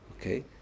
Okay